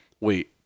wait